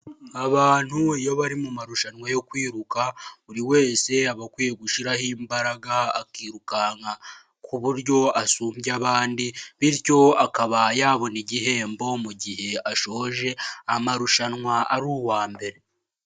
Abantu iyo bari mu marushanwa yo kwiruka buri wese aba akwiye gushyiraho imbaraga akirukanka ku buryo asumbya abandi, bityo akaba yabona igihembo mu gihe ashoje amarushanwa ari uwa mbere.